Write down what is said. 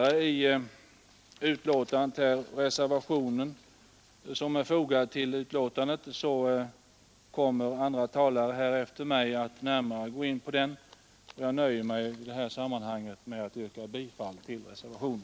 [ren rs Beträffande den reservation som är fogad till betänkandet kommer Läroplanerna för andra talare efter mig att gå in på den. Jag nöjer mig därför med att yrka grundskolan och bifall till reservationen.